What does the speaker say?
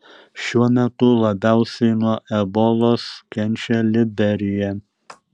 šiuo metu labiausiai nuo ebolos kenčia liberija